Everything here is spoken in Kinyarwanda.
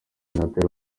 minaert